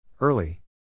Early